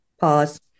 Pause